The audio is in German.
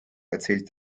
erzählte